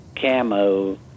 camo